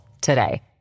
today